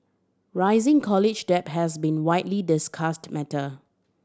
rising college debt has been widely discussed matter